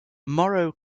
morrow